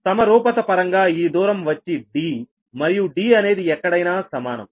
సమరూపత పరంగా ఈ దూరం వచ్చి d మరియు d అనేది ఎక్కడైనా సమానం